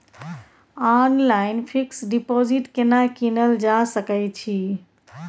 Online fix deposit केना कीनल जा सकै छी?